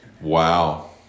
Wow